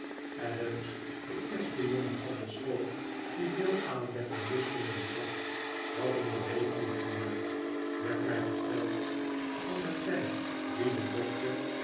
adams de eerste jongen van de school die veel aanleg voor wiskunde bezat had een berekening gemaakt werd mij yerteld van den tijd dien de doctor